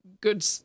good